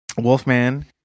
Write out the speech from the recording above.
wolfman